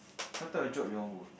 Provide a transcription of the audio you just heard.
what type of job you want work